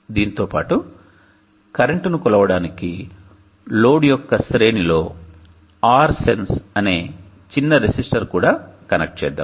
దీనితోపాటు current ను కొలవడానికి load యొక్క శ్రేణిలో RSENSE అనే చిన్న రెసిస్టర్ కూడా కనెక్ట్ చేద్దాం